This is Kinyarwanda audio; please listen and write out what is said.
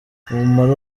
umumaro